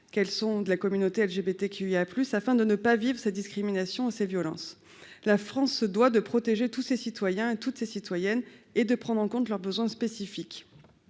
qu'ils font partie de la communauté LGBTQIA+ afin de ne pas vivre ces discriminations et ces violences. La France se doit de protéger tous ses citoyens et de prendre en compte leurs besoins spécifiques.